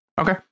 okay